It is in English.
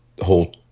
whole